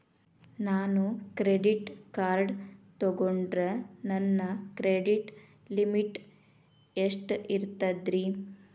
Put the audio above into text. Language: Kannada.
ನಾನು ಕ್ರೆಡಿಟ್ ಕಾರ್ಡ್ ತೊಗೊಂಡ್ರ ನನ್ನ ಕ್ರೆಡಿಟ್ ಲಿಮಿಟ್ ಎಷ್ಟ ಇರ್ತದ್ರಿ?